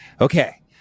Okay